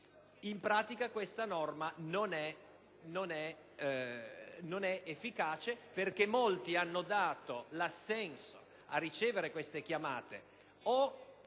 in pratica, questa norma non è efficace, perché molti hanno dato l'assenso a ricevere queste chiamate, o